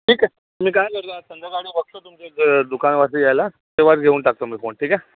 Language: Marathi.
ठीक आहे मी काय करतो आज संध्याकाळी बघतो तुमच्या इथं दुकानपाशी यायला तेव्हाच घेऊन टाकतो मी फोन ठीक आहे